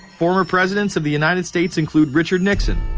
former presidents of the united states include richard nixon,